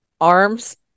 arms